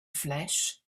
flesh